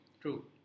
True